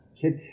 kid